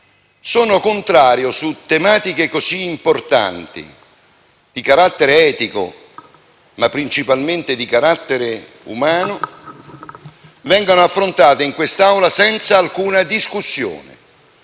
Sono contrario al fatto che tematiche così importanti, di carattere etico ma principalmente di carattere umano, vengano affrontate in quest'Aula senza alcuna discussione